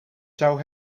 zou